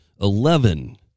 Eleven